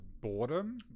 boredom